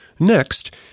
Next